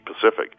Pacific